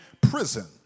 prison